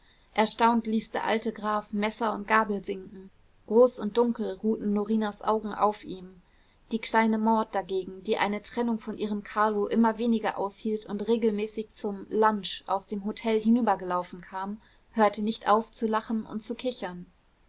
erstaunt ließ der alte graf messer und gabel sinken groß und dunkel ruhten norinas augen auf ihm die kleine maud dagegen die eine trennung von ihrem carlo immer weniger aushielt und regelmäßig zum lunch aus dem hotel herübergelaufen kam hörte nicht auf zu lachen und zu kichern